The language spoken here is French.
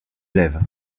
élève